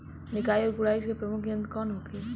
निकाई और गुड़ाई के प्रमुख यंत्र कौन होखे?